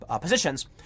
positions